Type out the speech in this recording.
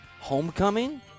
Homecoming